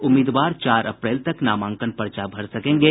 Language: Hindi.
उम्मीदवार चार अप्रैल तक नामांकन पर्चा भर सकेंगे